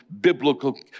biblical